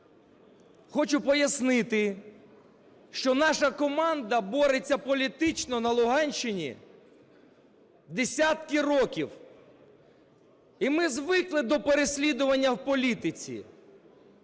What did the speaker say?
Хочу пояснити, що наша команда бореться політично на Луганщині десятки років, і ми звикли до переслідування в політиці.